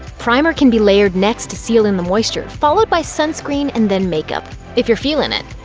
primer can be layered next to seal in the moisture, followed by sunscreen and then makeup if you're feelin it!